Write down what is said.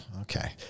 okay